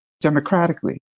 democratically